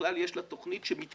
שבכלל יש לה תוכנית שמתקרבת.